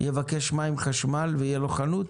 יבקש מים וחשמל ותהיה לו חנות?